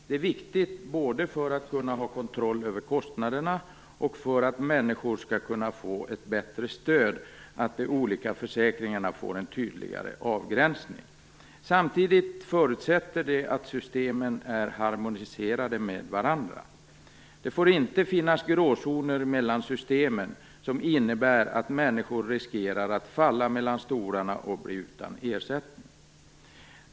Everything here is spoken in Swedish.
Det är viktigt, både för att man skall kunna ha kontroll över kostnaderna och för att människor skall kunna få ett bättre stöd, att de olika försäkringarna får en tydligare avgränsning. Samtidigt förutsätter det att systemen är harmoniserade med varandra. Det får inte finnas gråzoner mellan systemen som innebär att människor riskerar att falla mellan stolarna och bli utan ersättning.